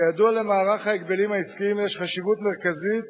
כידוע, למערך ההגבלים העסקיים יש חשיבות מרכזית